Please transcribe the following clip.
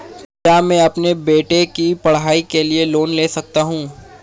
क्या मैं अपने बेटे की पढ़ाई के लिए लोंन ले सकता हूं?